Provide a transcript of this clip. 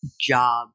job